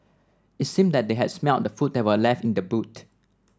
it seemed that they had smelt the food that were left in the boot